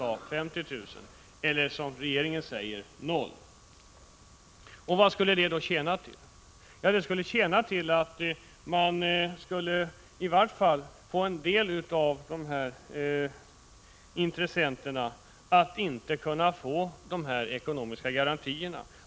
1985/86:157 har förordat — regeringen drar gränsen vid 0 kr. 30 maj 1986 Vad skall då allt detta tjäna till? Ja, i varje fall när det gäller en del av intressenterna i detta sammanhang skulle det inte bli några ekonomiska garantier.